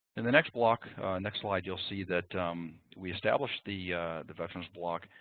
in the next block next slide you'll see that we established the the veterans block,